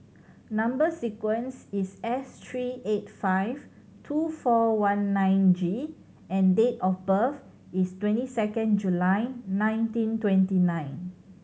number sequence is S three eight five two four one nine G and date of birth is twenty second July nineteen twenty nine